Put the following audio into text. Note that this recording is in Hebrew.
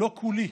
לא כולי,